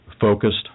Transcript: focused